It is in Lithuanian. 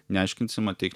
neaiškinsim ateik